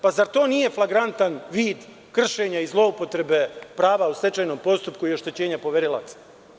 Pa zar to nije flagrantan vid kršenja i zloupotreba prava o stečajnom postupku i oštećenja poverilaca?